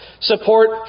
support